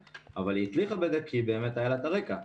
אבל היא הצליחה בזה כי באמת היה לה את הרקע.